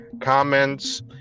comments